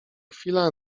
chwila